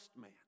man